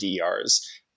DERs